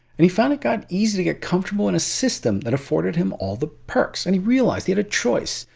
and he found it got easy to get comfortable in a system that afforded him all the perks and he realized he had a choice,